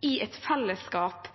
i et fellesskap